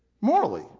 Morally